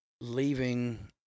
leaving